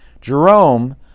Jerome